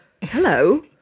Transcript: hello